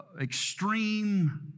extreme